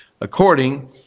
according